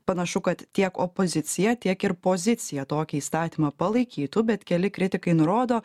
panašu kad tiek opozicija tiek ir pozicija tokį įstatymą palaikytų bet keli kritikai nurodo